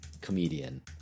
comedian